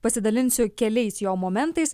pasidalinsiu keliais jo momentais